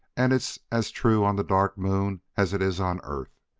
and it's as true on the dark moon as it is on earth.